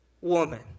woman